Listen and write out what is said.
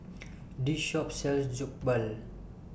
This Shop sells Jokbal